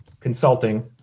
Consulting